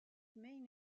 main